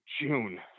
June